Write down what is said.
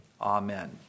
Amen